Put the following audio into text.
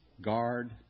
guard